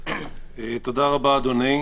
תודה רבה, אדוני.